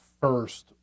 first